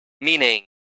meaning